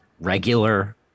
regular